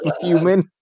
human